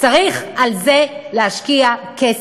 וצריך בזה להשקיע כסף.